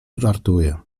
żartuje